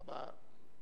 תודה רבה.